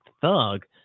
thug